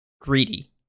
greedy